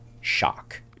shock